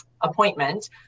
appointment